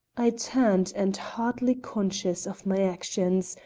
i turned and, hardly conscious of my actions,